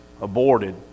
aborted